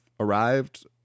Arrived